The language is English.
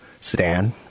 sedan